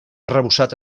arrebossat